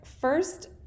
first